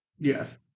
Yes